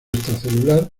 extracelular